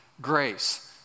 grace